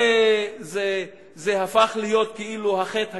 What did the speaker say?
זה הפך להיות כאילו החטא הקטן,